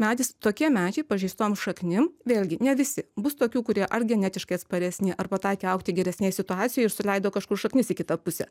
medis tokie medžiai pažeistom šaknim vėlgi ne visi bus tokių kurie ar genetiškai atsparesni ar pataikė augti geresnėj situacijoj ir suleido kažkur šaknis į kitą pusę